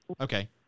Okay